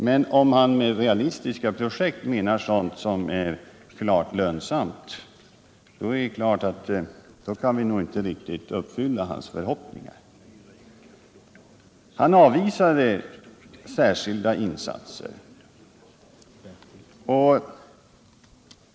Men om industriministern med realistiska projekt menar sådana som är klart lönsamma, kan vi förstås inte riktigt uppfylla hans förhoppningar. Industriministern avvisade alltså särskilda insatser.